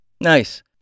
Nice